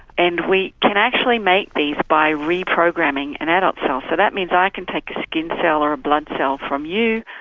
and we can actually make these by reprogramming an adult cell, so that means i can take a skin cell or a blood cell from you.